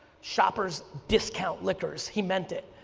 shoppers discount liquors, he meant it.